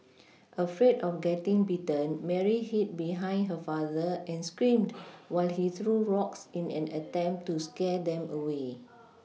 afraid of getting bitten Mary hid behind her father and screamed while he threw rocks in an attempt to scare them away